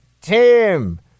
tim